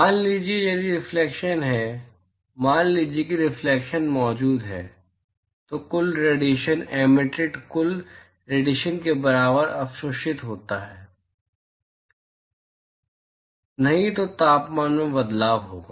मान लीजिए यदि रिफ्लेक्शन है मान लीजिए कि रिफ्लेक्शन मौजूद है तो कुल रेडिएशन एमिटिड कुल रेडिएशन के बराबर अवशोषित होता है नहीं तो तापमान में बदलाव होगा